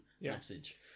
message